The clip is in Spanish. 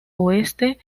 oeste